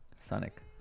Sonic